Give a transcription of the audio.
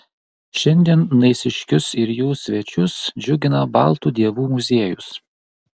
šiandien naisiškius ir jų svečius džiugina baltų dievų muziejus